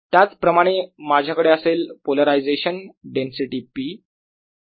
त्याचप्रमाणे माझ्याकडे असेल पोलरायझेशन डेन्सिटी P